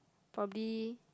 probably